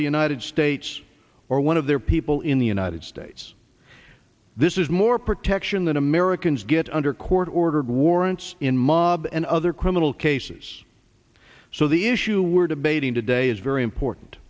the united states or one of their people in the united states this is more protection than americans get under court ordered warrants in mob and other criminal cases so the issue we're debating today is very important